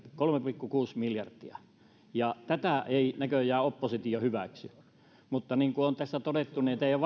kolme pilkku kuusi miljardia tätä ei näköjään oppositio hyväksy mutta niin kuin on tässä todettu ei teidän